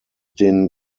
den